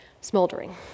smoldering